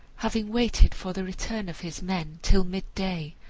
having waited for the return of his men till midday,